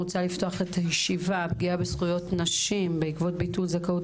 הנושא: פגיעה בזכויות נשים בעקבות ביטול זכאות